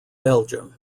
belgium